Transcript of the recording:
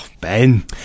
Ben